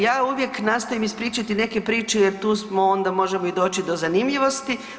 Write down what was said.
Ja uvijek nastojim ispričati neke priče jer tu smo, onda možemo i doći do zanimljivosti.